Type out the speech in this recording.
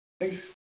Thanks